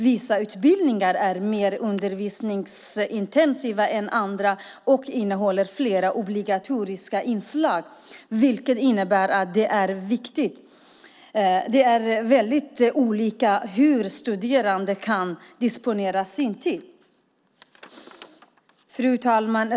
Vissa utbildningar är mer undervisningsintensiva än andra och innehåller fler obligatoriska inslag, vilket innebär att det är väldigt olika hur studerande kan disponera sin tid. Fru talman!